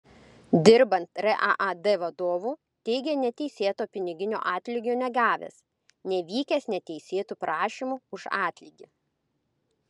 dirbant raad vadovu teigė neteisėto piniginio atlygio negavęs nevykęs neteisėtų prašymų už atlygį